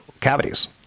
cavities